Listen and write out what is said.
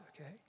okay